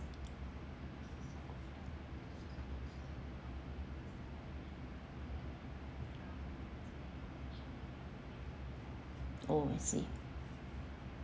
oh I see